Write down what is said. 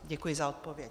Děkuji za odpověď.